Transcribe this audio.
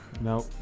Nope